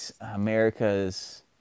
America's